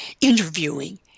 interviewing